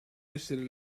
essere